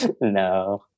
No